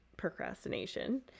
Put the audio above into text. procrastination